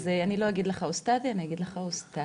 אז אני לא אגיד לך עוסטאדי, אני אגיד לך עוסטאד.